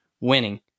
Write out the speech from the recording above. winning